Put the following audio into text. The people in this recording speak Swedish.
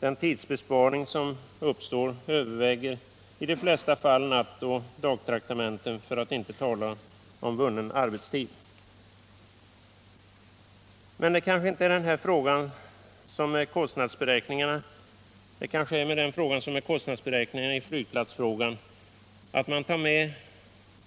Den tidsbesparing som blir följden uppväger i de flesta fall nattoch dagtraktamenten, för att inte tala om vunnen arbetstid. Men det är kanske med den här frågan som med kostnadsberäkningarna i flygplatsfrågan — att man tar med